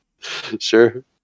sure